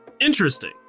Interesting